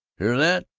hear that?